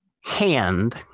hand